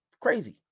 Crazy